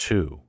Two